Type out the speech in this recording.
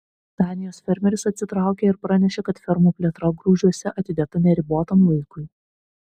danijos fermeris atsitraukė ir pranešė kad fermų plėtra grūžiuose atidėta neribotam laikui